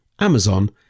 amazon